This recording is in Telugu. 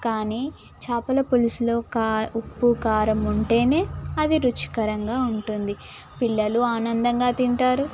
కానీ చేపల పులుసు ఉప్పు కారం ఉంటే అది రుచికరంగా ఉంటుంది పిల్లలు ఆనందంగా తింటారు